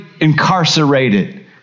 incarcerated